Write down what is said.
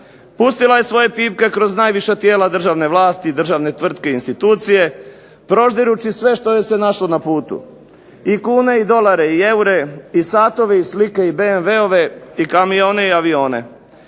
Pustila je svoje pipke kroz najviša tijela državne vlasti i državne tvrtke i institucije proždirući sve što joj se našlo na putu. I kune i dolare i eure i satove i slike i BMW-ove i kamione i avione.